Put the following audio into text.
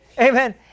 Amen